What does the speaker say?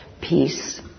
peace